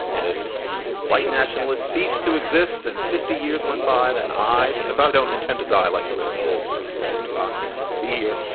and if, you know, the white nationalists cease to exist and fifty years went by, then i. because i don't intend to die like the rest of you seem to think you're going to. i'm going to be here.